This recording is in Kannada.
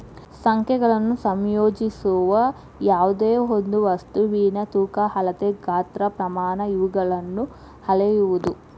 ಸಂಖ್ಯೆಗಳನ್ನು ಸಂಯೋಜಿಸುವ ಯಾವ್ದೆಯೊಂದು ವಸ್ತುವಿನ ತೂಕ ಅಳತೆ ಗಾತ್ರ ಪ್ರಮಾಣ ಇವುಗಳನ್ನು ಅಳೆಯುವುದು